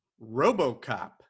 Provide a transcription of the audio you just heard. RoboCop